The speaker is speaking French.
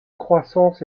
croissance